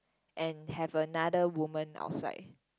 and have another woman outside